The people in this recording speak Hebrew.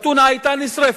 אתונה היתה נשרפת.